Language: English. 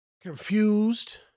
Confused